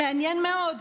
מעניין מאוד.